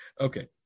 Okay